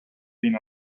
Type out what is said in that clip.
been